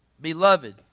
Beloved